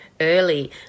early